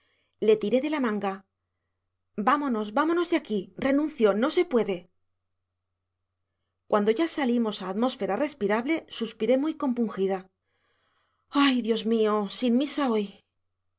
le tiré de la manga vámonos vámonos de aquí renuncio no se puede cuando ya salimos a atmósfera respirable suspiré muy compungida ay dios mío sin misa hoy